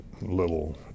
little